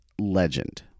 legend